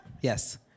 yes